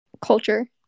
Culture